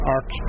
Art